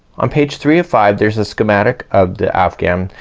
on page three of five there's a schematic of the afghan.